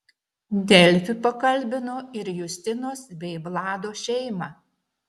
delfi pakalbino ir justinos bei vlado šeimą